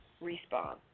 response